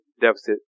deficit